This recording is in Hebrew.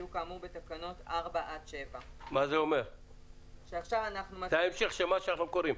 יהיו כאמור בתקנות 4 עד 7. מכסה אישית